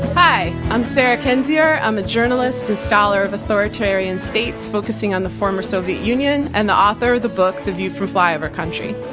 hi. i'm sarah kendzior. i'm a journalist and scholar of authoritarian states focusing on the former soviet union and the author of the book the view from flyover country.